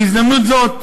בהזדמנות זאת,